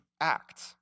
act